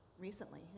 recently